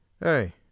hey